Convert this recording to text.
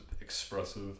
expressive